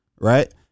right